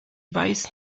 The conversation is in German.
weiß